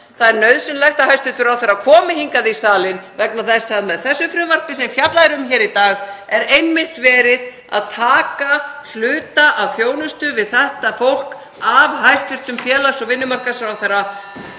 Það er nauðsynlegt að hæstv. ráðherra komi hingað í salinn vegna þess að með því frumvarpi sem fjallað er um í dag er einmitt verið að taka hluta af þjónustu við þetta fólk af hæstv. félags- og vinnumarkaðsráðherra.